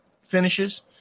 finishes